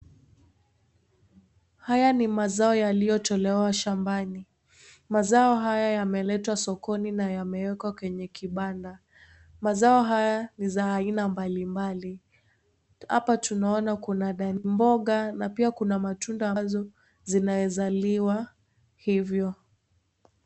Haya ni mazao yaliyotolewa shambani. Mazao haya yameletwa sokoni na yamewekwa kwenye kibanda. Mazao haya ni za haina mbalimbali. Hapa tunaona Kuna mboga na Kuna matunda zinaezaliwa hivyo.